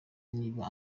niba